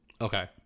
Okay